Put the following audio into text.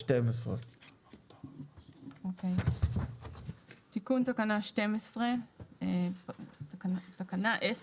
12. תיקון תקנה 12. תקנה 10